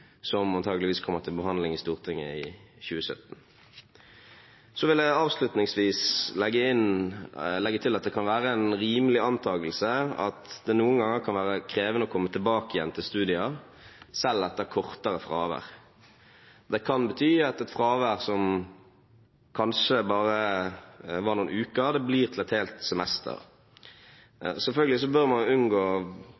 som antakeligvis kommer til behandling i Stortinget i 2017. Jeg vil avslutningsvis legge til at det kan være en rimelig antakelse at det noen ganger kan være krevende å komme tilbake igjen til studier, selv etter kortere fravær. Det kan bety at et fravær som kanskje bare var noen uker, blir til et helt semester. Selvfølgelig bør man unngå